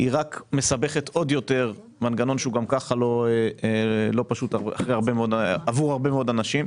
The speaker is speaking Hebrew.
ורק מסבכת עוד יותר מנגנון שהוא גם כך לא פשוט עבור הרבה מאוד אנשים.